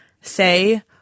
say